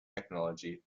technology